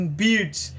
beats